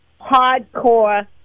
hardcore